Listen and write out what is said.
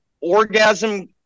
orgasm